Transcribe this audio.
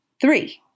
Three